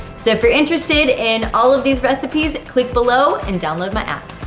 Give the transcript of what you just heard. so if you're interested in all of these recipes, click below and download my app.